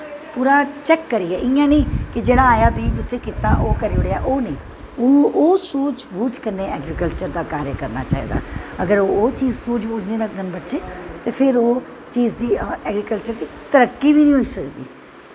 पूरा चैक करियै इयां नी जेह्ड़ा आया बीऽ ओह् करी ओड़ेआ ओह् नेंई ओह् सूझ बूझ कन्नैं ऐग्रीकल्चर दा कार्य करनां चाही दा अगर ओह् चीज़ सूझ बूझ नी रखगन बच्चे ते फिर ओह् चीज़दी ऐग्रीकल्चर दी तरक्की नी होई सकदी